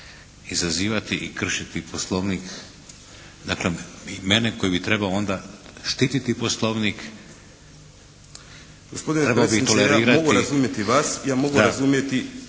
izazivati i kršiti poslovnik, dakle mene koji bi trebao onda štititi poslovnik, trebao bi tolerirati.